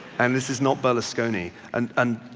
and this is not berlusconi. and, and